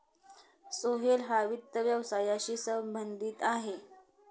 सोहेल हा वित्त व्यवसायाशी संबंधित आहे